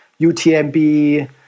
UTMB